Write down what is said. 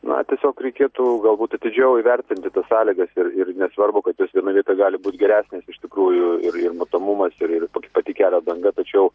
na tiesiog reikėtų galbūt atidžiau įvertinti tas sąlygas ir ir nesvarbu kad jos vienoj vietoj gali būti geresnės iš tikrųjų ir matomumas ir pati kelio danga tačiau